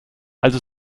also